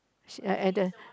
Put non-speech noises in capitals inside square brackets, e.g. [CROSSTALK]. she [NOISE]